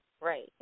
Right